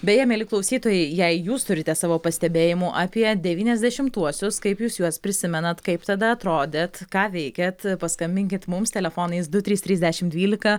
beje mieli klausytojai jei jūs turite savo pastebėjimų apie devyniasdešimtuosius kaip jūs juos prisimenat kaip tada atrodėt ką veikėt paskambinkit mums telefonais du trys trys dešimt dvylika